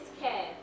care